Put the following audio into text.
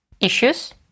Issues